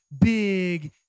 big